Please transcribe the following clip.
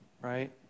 right